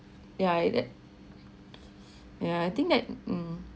yeah like that yeah I think that mm